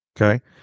Okay